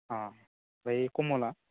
अ ओमफ्राय कमला